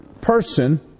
person